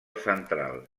central